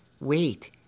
Wait